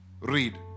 Read